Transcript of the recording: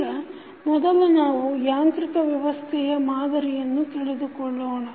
ಈಗ ಮೊದಲು ನಾವು ಯಾಂತ್ರಿಕ ವ್ಯವಸ್ಥೆಯ ಮಾದರಿಯನ್ನು ತಿಳಿದುಕೊಳ್ಳೋಣ